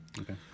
Okay